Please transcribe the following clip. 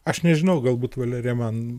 aš nežinau galbūt valerija man